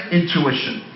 intuition